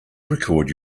record